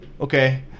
Okay